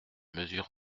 mesure